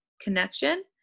connection